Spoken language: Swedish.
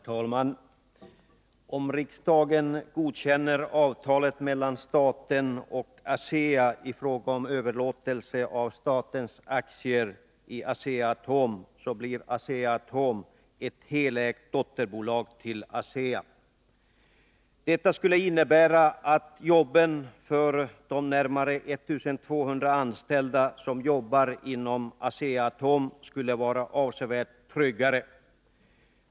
Herr talman! Om riksdagen godkänner avtalet mellan staten och ASEA i fråga om överlåtelse av statens aktier i Asea-Atom, blir Asea-Atom ett dotterbolag helt ägt av ASEA. Detta skulle innebära att jobben för de närmare 1 200 anställda inom Asea-Atom skulle bli avsevärt tryggare.